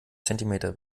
zentimeter